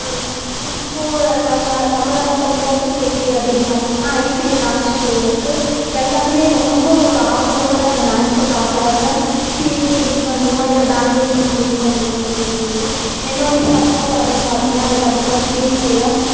ம் இப்போது நம்ம தமிழ்நாட்டில் விளையாட்டுச் செய்தி அப்படின்னு பார்த்திங்கனா ஐபிஎல் மேட்ச் போயினு இருக்குது எல்லோருமே ரொம்ப ஒரு ஆவலோடு அந்த மேட்சை பார்க்குறாங்க சிஎஸ்கே வின் பண்ணுமா இல்லை பேங்களுர் டீம் வின் பண்ணுமா அப்படின்னு சொல்லிட்டு என்னுடைய சப்போர்ட் அப்படின்னு பார்த்திங்கனா அது கண்டிப்பாக சிஎஸ்கேதான்